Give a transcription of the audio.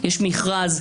יש מכרז,